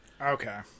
Okay